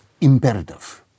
imperative